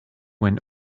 when